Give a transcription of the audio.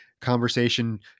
conversation